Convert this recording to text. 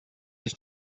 his